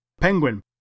penguin